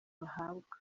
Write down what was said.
bahabwa